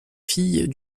fille